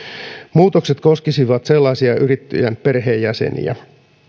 muutokset koskisivat sellaisia yrittäjän perheenjäseniä